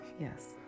yes